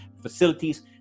facilities